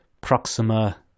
Proxima